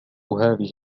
هذه